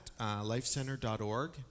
lifecenter.org